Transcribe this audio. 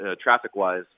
traffic-wise